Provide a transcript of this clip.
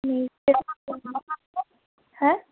হ্যাঁ